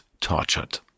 tortured